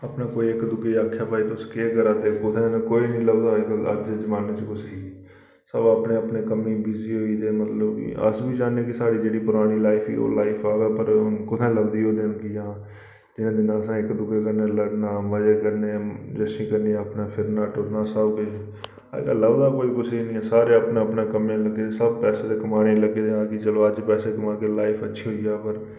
अपने कोई इक दूए गी आक्खै भाई तुस केह् करा दा ओ तुस कुत्थें कोई निं लभदा अज्ज दे जमान्ने च कुसैगी सब अपने अपने कम्में गी बिजी होई गेदे मतलब कि अस बी चाहन्ने कि साढ़ी जेह्ड़ी परानी लाईफ ही ओह् लाइफ आवै पर हून कुत्थें लभदी ओह् जिंदगी जां जेह्ड़ा इक दूए कन्नै लड़ना मजे करने जैशी करनी अपने फिरना टुरना सब किश अज्ज कल लभदा गै कोई कुसैगी निं ऐ सारे अपने अपने कम्मै गी लग्गे दे पैसे दे कमाने गी लग्गे दे कि चलो पैसे कमागे लाइफ अच्छी होई जाह्ग